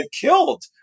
killed